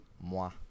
Moi